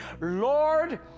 Lord